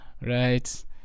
Right